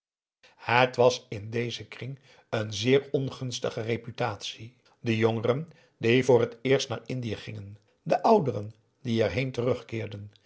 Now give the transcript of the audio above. het was in dezen kring een zeer ongunstige reputatie de jongeren die voor het eerst naar indië gingen de ouderen die erheen terugkeerden